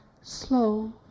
slow